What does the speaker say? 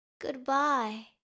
Goodbye